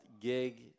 gig